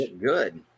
Good